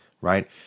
right